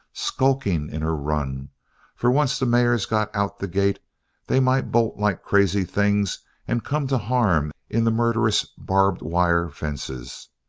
skulking in her run for once the mares got out the gate they might bolt like crazy things and come to harm in the murderous barbed-wire fences.